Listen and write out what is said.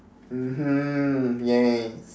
mmhmm yes